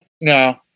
No